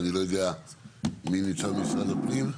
אני לא יודע מי נמצא ממשרד הפנים,